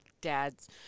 dad's